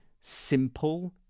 simple